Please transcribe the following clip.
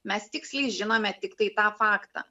mes tiksliai žinome tiktai tą faktą